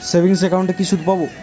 Savings একাউন্টে কি সুদ পাব?